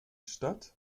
stadt